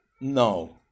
no